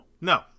No